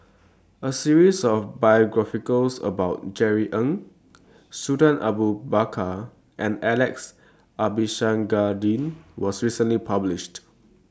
A series of biographies about Jerry Ng Sultan Abu Bakar and Alex Abisheganaden was recently published